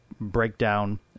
breakdown